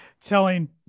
telling